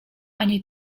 ani